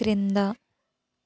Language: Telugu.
క్రింద